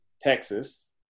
texas